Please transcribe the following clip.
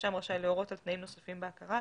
הרשם רשאי להורות על תנאים נוספים בהכרה,